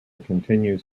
continues